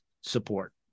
support